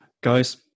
Guys